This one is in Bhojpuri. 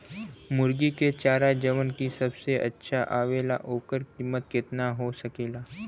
मुर्गी के चारा जवन की सबसे अच्छा आवेला ओकर कीमत केतना हो सकेला?